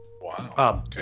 Wow